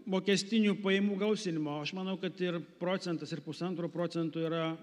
mokestinių pajamų gausinimo aš manau kad ir procentas ir pusantro procento yra